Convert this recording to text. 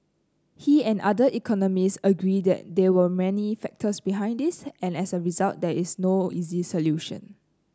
he and other economists agree they there were many factors behind this and as a result there is no easy solution